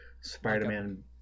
spider-man